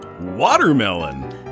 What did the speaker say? Watermelon